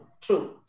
true